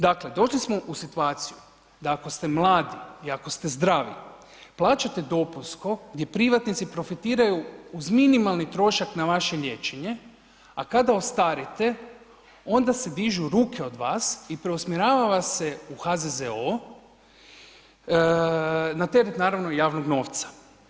Dakle, došli smo u situaciju, da ako ste mladi i ako ste zdravi, plaćate dopunsko gdje privatnici profitiraju uz minimalni trošak na vaše liječenje, a kada ostarite, onda se dižu ruke od vas i preusmjerava vas se u HZZO, na teret, naravno, javnog novca.